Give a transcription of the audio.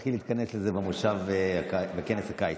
תצטרכי להתכנס לזה בכנס הקיץ.